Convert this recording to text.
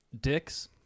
dicks